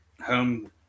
home